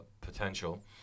potential